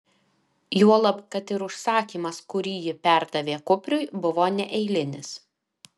juolab kad ir užsakymas kurį ji perdavė kupriui buvo neeilinis